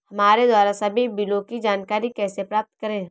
हमारे द्वारा सभी बिलों की जानकारी कैसे प्राप्त करें?